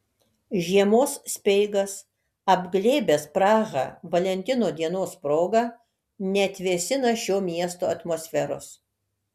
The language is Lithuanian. žiemos speigas apglėbęs prahą valentino dienos proga neatvėsina šio miesto atmosferos